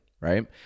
right